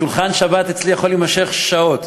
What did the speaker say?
שולחן שבת אצלי יכול להימשך שעות.